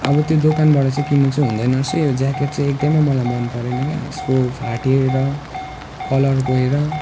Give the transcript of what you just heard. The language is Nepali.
अब त्यो दोकानबाट चाहिँ किन्नु चाहिँ हुँदैन रहेछ है यो ज्याकेट चाहिँ एकदमै मलाई मनपरेन के यसको फाटेर कलर गएर